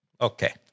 Okay